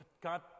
God